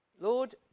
Lord